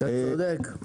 אתה צודק.